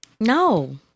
No